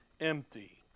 empty